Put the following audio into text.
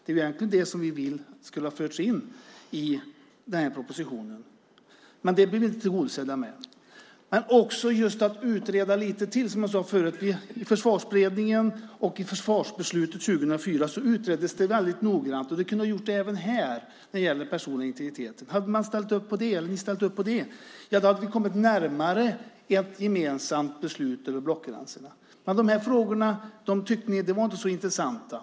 Vi ville att det skulle ha införts i propositionen, men det blev inte tillgodosett. Och som jag sade tidigare handlade det även om att utreda lite till. I Försvarsberedningen, inför försvarsbeslutet 2004, utreddes det hela mycket noggrant, och det borde ha skett även när det gäller den personliga integriteten. Om ni hade ställt upp på det skulle vi ha kommit närmare ett gemensamt beslut, ett beslut över blockgränserna, men ni tyckte inte att de frågorna var så intressanta.